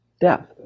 death